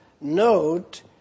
Note